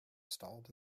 stalled